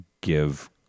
give